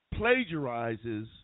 plagiarizes